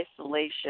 isolation